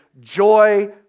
joy